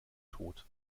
tod